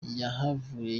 yahavuye